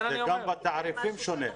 גם בתעריפים שונה.